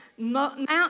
mount